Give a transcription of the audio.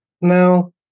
Now